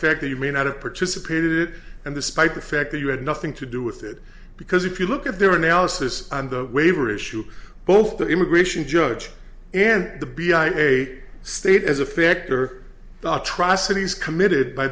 fact that you may not have participated and despite the fact that you had nothing to do with it because if you look at their analysis and the waiver issue both the immigration judge and the b i hate state as a fact or thought trustees committed by